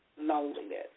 loneliness